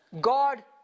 God